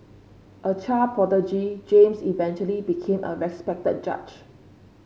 a child prodigy James eventually became a respected judge